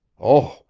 oh,